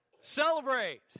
Celebrate